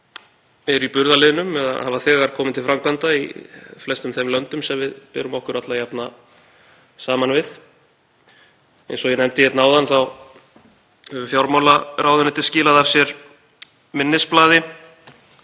aðgerðir eru í burðarliðnum eða hafa þegar komið til framkvæmda í flestum þeim löndum sem við berum okkur alla jafna saman við. Eins og ég nefndi áðan þá hefur fjármálaráðuneytið skilað af sér minnisblaði